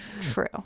True